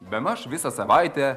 bemaž visą savaitę